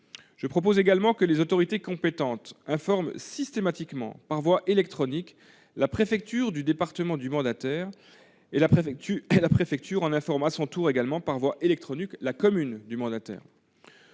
Je propose également que les autorités compétentes informent systématiquement de la procuration, par voie électronique, la préfecture de département du mandataire. Celle-ci en informerait à son tour, également par voie électronique, la commune du mandataire.